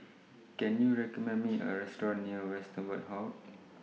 Can YOU recommend Me A Restaurant near Westerhout